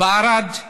בערד,